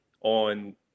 on